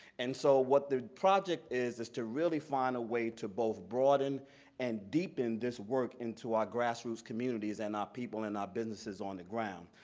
and so what the project is is to really find a way to both broaden and deepen this work into our grass roots communities and our people and our businesses on the ground.